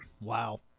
Wow